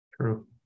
True